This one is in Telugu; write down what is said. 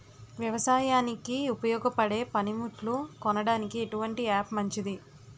వ్యవసాయానికి ఉపయోగపడే పనిముట్లు కొనడానికి ఎటువంటి యాప్ మంచిది?